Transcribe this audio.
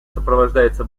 сопровождается